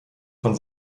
von